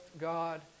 God